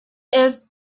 ارث